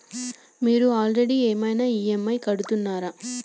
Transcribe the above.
మీరు ఆల్రెడీ ఏమైనా ఈ.ఎమ్.ఐ కడుతున్నారా?